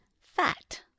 fat